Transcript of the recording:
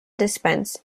dispense